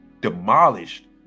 demolished